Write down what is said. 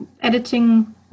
editing